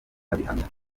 babihamya